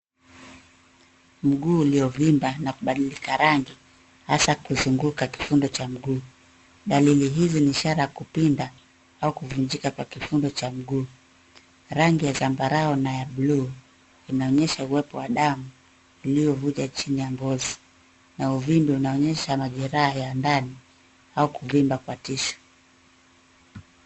Mguu ukiovimba na kubadilisha rangi hasa kuzunguka kifundo cha mguu. Dalili hizi ni ishara ya kupinda au kuvunjika kwa kifundo cha mguu . Rangi ya zambarau na buluu inaonyesha uwepo wa damu iliyovuja chini ya ngozi na uvimbe unaonyesha majeraha ya ndani au kuvimba kwa tishu.